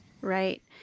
Right